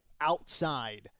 outside